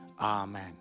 amen